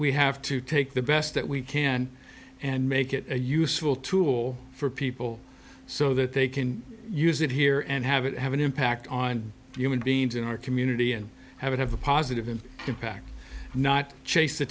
we have to take the best that we can and make it a useful tool for people so that they can use it here and have it have an impact on human beings in our community and have it have a positive in impact not chase the